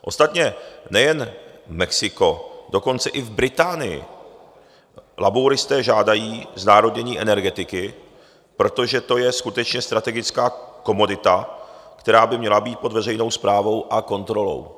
Ostatně nejen Mexiko, dokonce i v Británii labouristé žádají znárodnění energetiky, protože to je skutečně strategická komodita, která by měla být pod veřejnou správou a kontrolou.